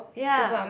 ya